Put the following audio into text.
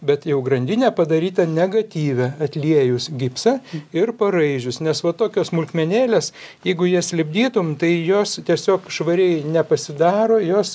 bet jau grandinė padaryta negatyve atliejus gipsą ir paraižius nes va tokios smulkmenėlės jeigu jas lipdytum tai jos tiesiog švariai nepasidaro jos